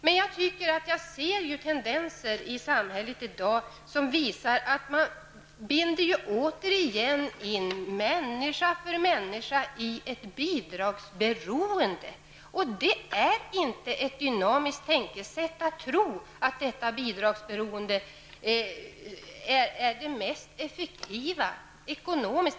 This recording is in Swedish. Men jag tycker att jag ser tendenser i samhället i dag som visar att man återigen binder in människa efter människa i ett bidragsberoende. Det är inte ett dynamiskt tänkesätt att tro att detta bidragsberoende är det ekonomiskt mest effektiva.